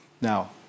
Now